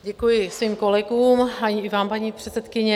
Děkuji svým kolegům i vám, paní předsedkyně.